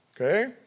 okay